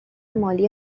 مالی